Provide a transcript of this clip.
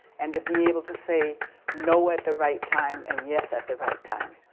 and to be able to say no at the right time and yes at the right time.